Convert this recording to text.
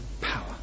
power